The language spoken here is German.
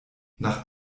nach